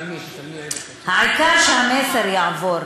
העיקר שהמסר יעבור,